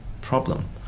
problem